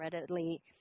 readily